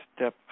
Step